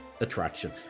attraction